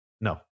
No